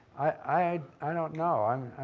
i i don't know.